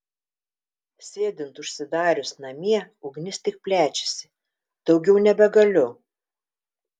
sėdint užsidarius namie ugnis tik plečiasi daugiau nebegaliu